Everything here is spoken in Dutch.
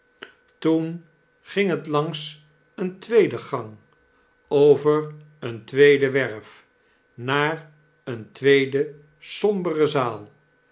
toen ging het langs een tweede gang over eene tweede werf naar eene tweede sombere zaal